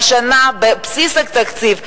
והשנה הקמ"ע נמצא בבסיס התקציב,